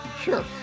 Sure